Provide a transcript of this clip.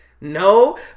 no